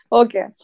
okay